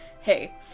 hey